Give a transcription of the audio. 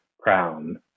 crown